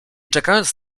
czekając